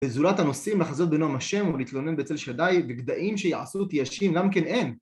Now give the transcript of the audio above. בזולת הנושאים לחזות בנעם השם ולהתלונן בצל שדי וגדיים שיעשו תישים גם כן הם?